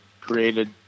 created